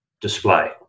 display